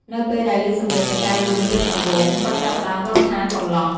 នៅពេលដែលឮសំឡេងតុកែយំលើកដំបូង គាត់ចាប់ផ្ដើមរាប់ថា កំលោះ។